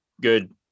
good